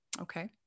Okay